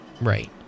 right